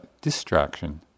distraction